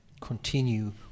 continue